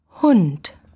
Hund